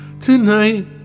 Tonight